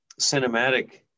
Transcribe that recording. cinematic